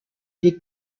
des